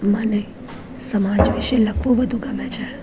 મને સમાજ વિશે લખવું વધુ ગમે છે